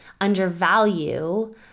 undervalue